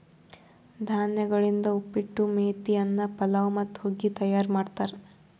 ಧಾನ್ಯಗೊಳಿಂದ್ ಉಪ್ಪಿಟ್ಟು, ಮೇತಿ ಅನ್ನ, ಪಲಾವ್ ಮತ್ತ ಹುಗ್ಗಿ ತೈಯಾರ್ ಮಾಡ್ತಾರ್